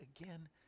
again